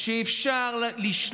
שאפשר להביא אותם לבתי החולים שלנו,